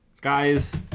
Guys